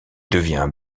devient